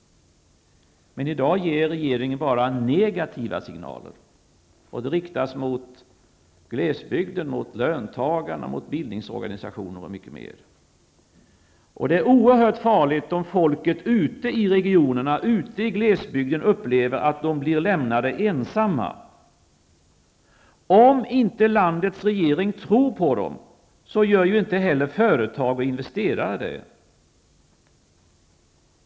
Men i dag ger regeringen bara negativa signaler. De riktar sig mot glesbygden, löntagarna, bildningsorganisationerna och mycket annat. Det är oerhört farligt om människorna ute i regionerna, ute i glesbygderna, upplever att de blir lämnade ensamna. Om inte landets regering tror på människorna gör ju inte heller företag och investerare det.